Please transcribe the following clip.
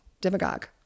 demagogue